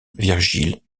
virgile